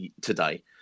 today